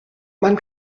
man